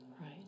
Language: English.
right